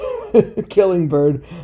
Killingbird